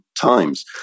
times